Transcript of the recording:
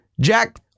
Jack